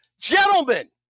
Gentlemen